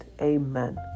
Amen